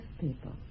people